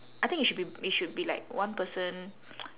I think it should be it should be like one person